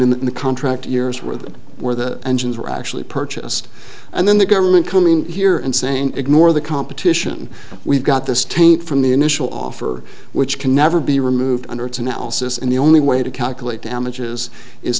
in the contract years where the where the engines were actually purchased and then the government coming here and saying ignore the competition we've got this taint from the initial offer which can never be removed under its analysis and the only way to calculate damages is